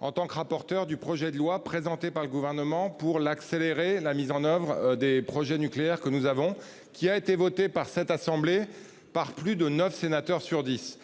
en tant que rapporteur du projet de loi présenté par le gouvernement pour l'accélérer la mise en oeuvre des projets nucléaires que nous avons qui a été voté par cette assemblée par plus de 9 sénateurs sur 10